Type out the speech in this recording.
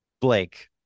Blake